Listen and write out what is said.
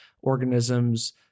organisms